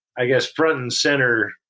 i guess, front and center